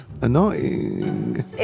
annoying